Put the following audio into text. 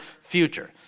future